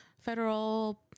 federal